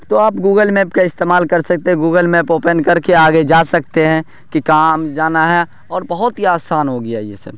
تو آپ Google map کا استعمال کر سکتے ہیں گوگل میپ اوپین کر کے آپ آگے جا سکتے ہیں کہ کہاں ہمیں جانا ہے اور بہت ہی آسان ہو گیا ہے یہ سب